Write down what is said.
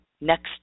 next